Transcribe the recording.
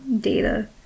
data